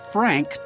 Frank